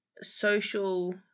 social